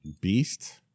beast